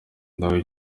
nawe